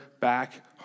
back